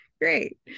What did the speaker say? Great